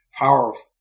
powerful